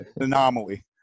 anomaly